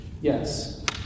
Yes